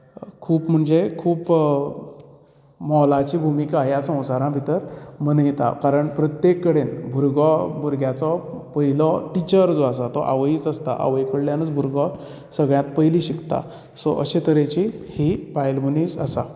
खूब म्हणजे खूब मोलाची भूमिका ह्या संवसारा भितर मनयता कारण प्रत्येक कडेन भुरगो भुरग्याचो पयलो टिचर जो आसा तो आवयच आसता आवय कडल्यानच भुरगो सगळ्यांत पयली शिकता सो अशें तरेची ही बायल मनीस आसा